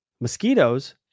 mosquitoes